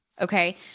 Okay